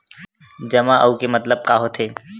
जमा आऊ के मतलब का होथे?